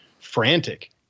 frantic